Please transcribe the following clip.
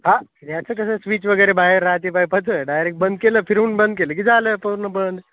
हां याचं कसं स्विच वगैरे बाहेर राहाते पाईपाचं डायरेक्ट बंद केलं फिरवून बंद केलं की झालं पूर्ण बंद